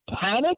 panic